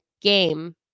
game